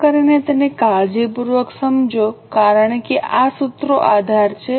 કૃપા કરીને તેને કાળજીપૂર્વક સમજો કારણ કે આ સૂત્રો આધાર છે